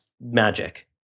magic